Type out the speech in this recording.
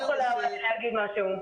אני יכולה להגיד משהו.